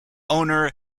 owner